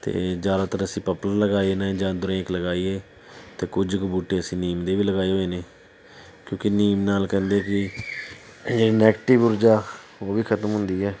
ਅਤੇ ਜ਼ਿਆਦਾਤਰ ਅਸੀਂ ਪਪੂਲਰ ਲਗਾਏ ਨੇ ਜਾਂ ਦਰੇਕ ਲਗਾਈ ਹੈ ਅਤੇ ਕੁਝ ਕੁ ਬੂਟੇ ਅਸੀਂ ਨਿੰਮ ਦੇ ਵੀ ਲਗਾਏ ਹੋਏ ਨੇ ਕਿਉਂਕਿ ਨਿੰਮ ਨਾਲ ਕਹਿੰਦੇ ਕਿ ਜਿਹੜੀ ਨੈਗਟਿਵ ਊਰਜਾ ਉਹ ਵੀ ਖਤਮ ਹੁੰਦੀ ਹੈ